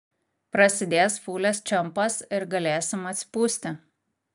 prasidės fūlės čempas ir galėsim atsipūsti